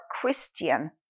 Christian